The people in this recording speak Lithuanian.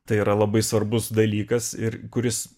tai yra labai svarbus dalykas ir kuris